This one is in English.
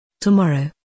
Tomorrow